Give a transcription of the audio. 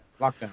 Lockdown